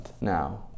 Now